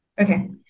Okay